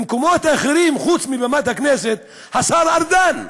במקומות אחרים חוץ מבמת הכנסת, השר ארדן אומר: